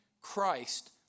Christ